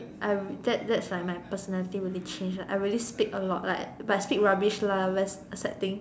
I that that's why my personality really changed like I really speak a lot like but speak rubbish lah that's a sad thing